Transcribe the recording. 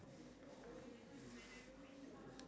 ya it takes it takes time and effort